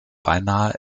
beinahe